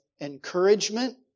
encouragement